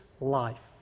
life